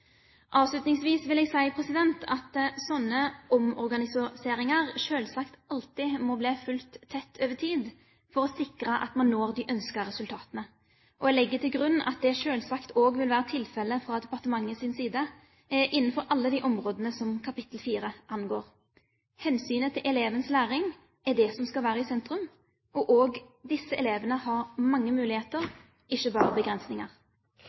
Avslutningsvis vil jeg si at slike omorganiseringer selvsagt alltid må bli fulgt tett over tid for å sikre at man når de ønskede resultater. Jeg legger til grunn at det selvsagt også vil være tilfelle fra departementets side innenfor alle de områder som kapittel 6 angår. Hensynet til elevens læring er det som skal være i sentrum. Også disse elevene har mange muligheter, ikke bare begrensninger.